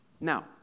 Now